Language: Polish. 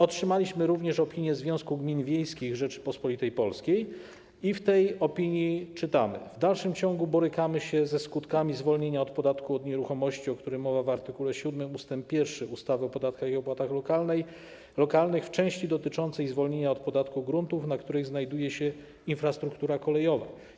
Otrzymaliśmy również opinię Związku Gmin Wiejskich Rzeczypospolitej Polskiej i w tej opinii czytamy: W dalszym ciągu borykamy się ze skutkami zwolnienia od podatku od nieruchomości, o którym mowa w art. 7 ust. 1 ustawy o podatkach i opłatach lokalnych, w części dotyczącej zwolnienia od podatku gruntów, na których znajduje się infrastruktura kolejowa.